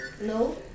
No